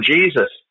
Jesus